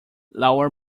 lower